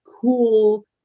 cool